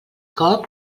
cop